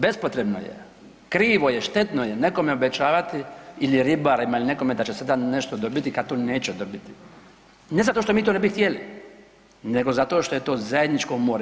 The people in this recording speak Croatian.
Bespotrebno je, krivo je, štetno je nekome obećavati, il je ribarima, il nekome da će sada nešto dobiti kad to neće dobiti, ne zato što mi to ne bi htjeli nego zato što je to zajedničko more.